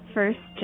First